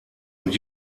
und